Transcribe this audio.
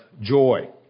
joy